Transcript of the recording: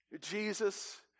Jesus